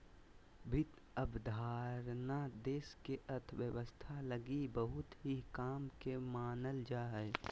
वित्त अवधारणा देश के अर्थव्यवस्था लगी बहुत ही काम के मानल जा हय